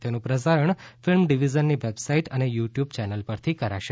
તેનું પ્રસારણ ફીલ્મ ડીવીઝનની વેબસાઇટ અને યુ ટયુબ ચેનલ પરથી કરાશે